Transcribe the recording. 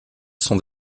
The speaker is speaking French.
sont